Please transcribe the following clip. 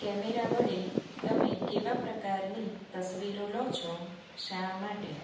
camera વડે તમે કેવા પ્રકારની તસવીરો લો છો શા માટે